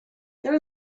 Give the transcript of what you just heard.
there